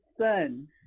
son